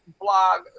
blog